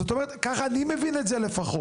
זאת אומרת, ככה אני מבין את זה לפחות.